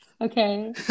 okay